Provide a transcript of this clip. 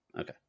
Okay